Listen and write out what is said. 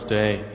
day